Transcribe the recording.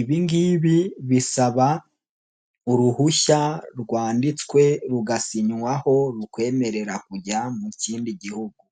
ibi ngibi bisaba uruhushya rwanditswe rugasinywaho rukwemerera kujya mu kindi gihugu.